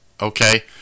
okay